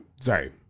Sorry